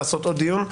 לעשות עוד דיון,